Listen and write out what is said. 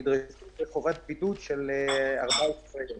נדרשו בחובת בידוד של 14 יום.